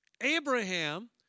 Abraham